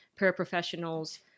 paraprofessionals